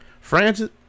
Francis